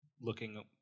looking